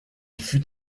fut